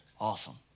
awesome